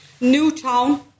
Newtown